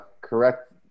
correct